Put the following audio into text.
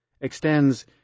extends